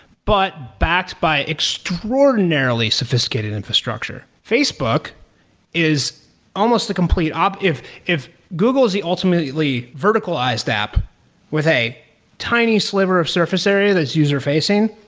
but backed by extraordinarily sophisticated infrastructure. facebook is almost the complete um if if google is the ultimately verticalized app with a tiny sliver of surface area that is user-facing,